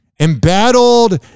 Embattled